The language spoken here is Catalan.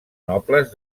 nobles